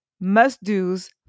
must-dos